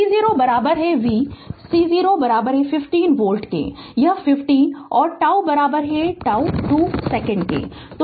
Refer Slide Time 0551 तो V0 v C0 15 volt कि यह 15 और τ τ 2 सेकंड है